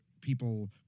people